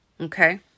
Okay